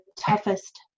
toughest